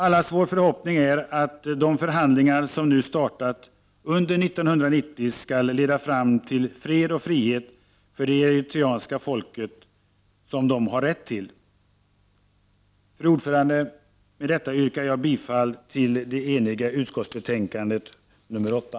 Allas vår förhoppning är att de förhandlingar som nu startat under 1990 skall leda fram till fred och frihet för det eritreanska folket, vilket det har rätt till. Fru talman! Med det anförda yrkar jag bifall till hemställan i det eniga utskottsbetänkandet 8.